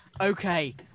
Okay